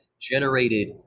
generated